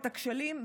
את הכשלים,